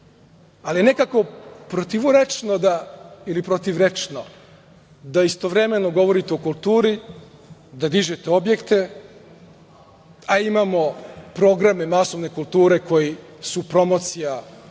je nekako protivrečno da istovremeno govorite o kulturi, da dižete objekte, a imamo programe masovne kulture koji su promocija i